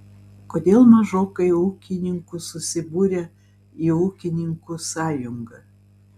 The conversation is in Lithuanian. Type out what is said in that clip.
kodėl mažokai ūkininkų susibūrę į ūkininkų sąjungą